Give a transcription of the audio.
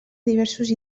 diversos